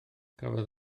cafodd